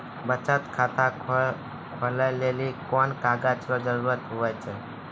बचत खाता खोलै लेली कोन कागज रो जरुरत हुवै छै?